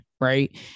Right